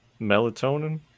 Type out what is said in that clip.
Melatonin